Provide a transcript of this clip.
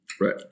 Right